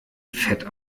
fett